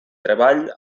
treball